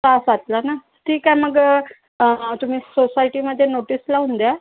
सहा सातला ना ठीक आहे मग तुम्ही सोसायटीमध्ये नोटीस लावून द्या